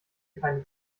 keine